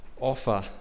offer